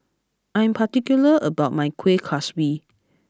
I am particular about my Kuih Kaswi